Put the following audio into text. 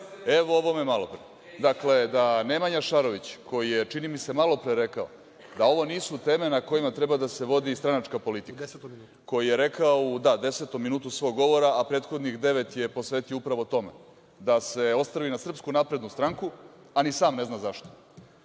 o ovome malopre. Dakle, da Nemanja Šarović, koji je, čini mi se, malopre rekao da ovo nisu teme na kojima treba da se vodi stranačka politika, koji je rekao u 10 minutu svog govora, a prethodnih devet je posvetio upravo tome da se ostrvi na SNS, a ni sam ne zna zašto,